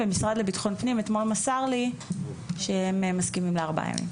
ומשרד לביטחון לאומי אתמול מסר לי שהם מסכימים לארבעה ימים.